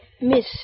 Miss